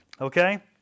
okay